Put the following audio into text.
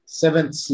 seventh